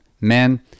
Men